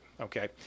Okay